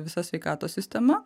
visa sveikatos sistema